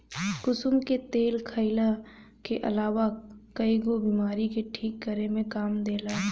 कुसुम के तेल खाईला के अलावा कईगो बीमारी के ठीक करे में काम देला